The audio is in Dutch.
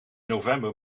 november